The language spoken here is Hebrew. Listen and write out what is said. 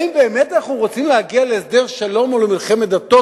האם באמת אנחנו רוצים להגיע להסדר שלום או למלחמת דתות,